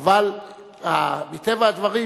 אבל מטבע הדברים,